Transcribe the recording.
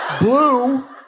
Blue